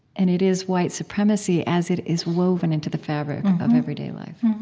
and it is white supremacy as it is woven into the fabric of everyday life